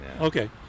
Okay